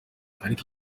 ariko